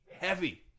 Heavy